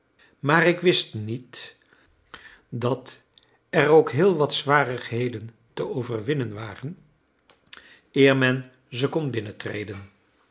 maar ik wist niet dat er ook heelwat zwarigheden te overwinnen waren eer men ze kon